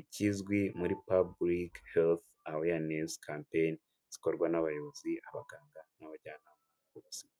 Ikizwi muri Public Health Awareness campaign zikorwa n'abayobozi, abaganga n'abajyanama b'ubuzima.